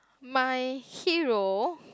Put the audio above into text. my hero